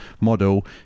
model